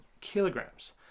kilograms